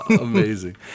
Amazing